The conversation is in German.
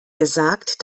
gesagt